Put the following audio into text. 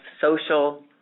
social